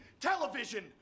Television